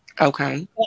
Okay